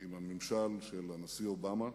עם הממשל של הנשיא אובמה